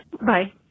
Bye